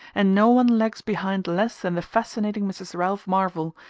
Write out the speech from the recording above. and no one lags behind less than the fascinating mrs. ralph marvell,